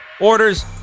orders